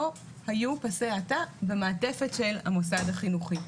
היו פסי האטה במעטפת של המוסד החינוכי.